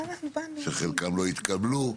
שרובן לא התקבלו בסוף,